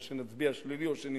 או נצביע שלילי או שנימנע,